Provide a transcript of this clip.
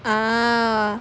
ah